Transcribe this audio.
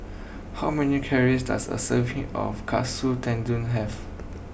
how many calories does a serving of Katsu Tendon have